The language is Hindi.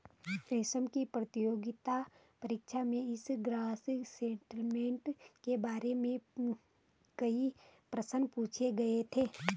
रमेश की प्रतियोगिता परीक्षा में इस ग्रॉस सेटलमेंट के बारे में कई प्रश्न पूछे गए थे